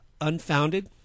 unfounded